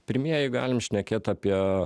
pirmieji galim šnekėt apie